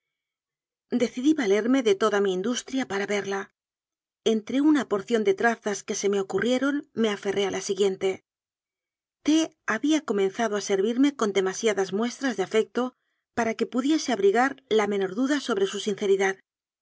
decidí valerme de toda mi industria para verla entre una porción de trazas que se me ocurrieron me aferré a la siguiente t había comenzado a servirme con demasiadas muestras de afecto para que pudiese abrigar la menor duda sobre su sinceridad